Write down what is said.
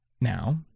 Now